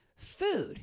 Food